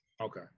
Okay